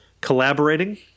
collaborating